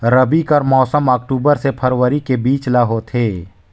रबी कर मौसम अक्टूबर से फरवरी के बीच ल होथे